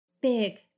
big